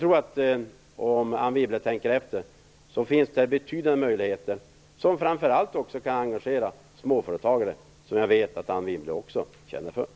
Om Anne Wibble tänker efter inser hon att det finns betydande möjligheter som framför allt kan engagera småföretagare, som jag vet att också Anne Wibble känner för.